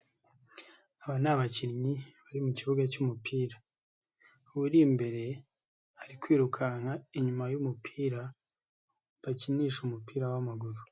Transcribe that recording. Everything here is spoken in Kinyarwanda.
Aba ni abakinnyi bari mu kibuga cy'umupira uwuri imbere ari kwirukanka inyuma y'umupira bakinisha umupira w'amaguru.